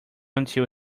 until